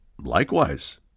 Likewise